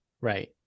Right